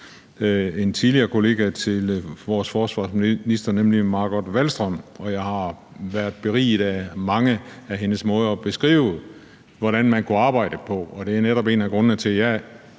en tidligere kollega til vores forsvarsminister, nemlig Margot Wallström, og jeg har været beriget af mange af hendes måder at beskrive, hvordan man kunne arbejde, og det er netop en af grundene til, at jeg